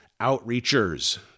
outreachers